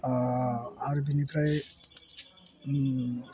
आरो बिनिफ्राय